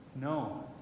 No